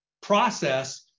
process